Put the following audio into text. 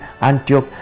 Antioch